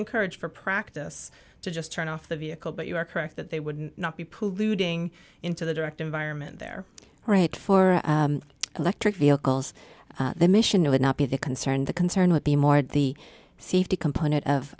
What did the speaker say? encourage for practice to just turn off the vehicle but you are correct that they would not be polluting into the direct environment their right for electric vehicles the mission would not be the concern the concern would be more the safety component of